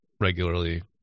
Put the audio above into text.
regularly